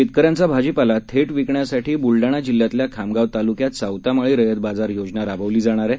शेतकऱ्यांचाभाजीपालाथेटविकण्यासाठीबुलडाणाजिल्ह्यातल्याखामगावतालुक्यातसावतामाळीरयतबाजारयोजनाराबवलीजाणार आहे